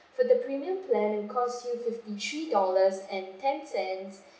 for the premium plan it will cost you fifty-three dollars and ten cents